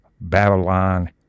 Babylon